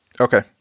Okay